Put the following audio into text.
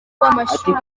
wamashuri